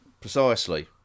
precisely